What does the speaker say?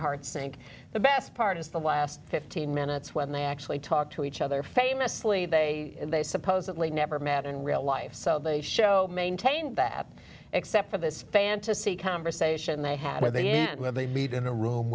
heart sink the best part is the last fifteen minutes when they actually talk to each other famously they they supposedly never met in real life so they show maintained that except for this fantasy conversation they had where they end where they meet in a room